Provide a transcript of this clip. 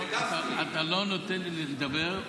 אתה לא נותן לי לדבר,